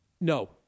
No